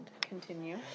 Continue